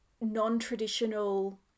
non-traditional